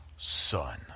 son